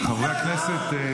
--- חברי הכנסת,